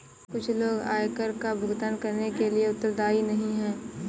कुछ लोग आयकर का भुगतान करने के लिए उत्तरदायी नहीं हैं